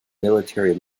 military